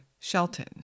Shelton